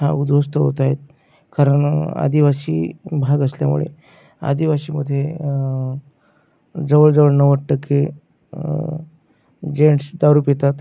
हा उध्वस्त होत आहे कारनं आदिवाशी भाग असल्यामुळे आदिवाशीमधे जवळजवळ नव्वद टक्के जेंट्स दारू पितात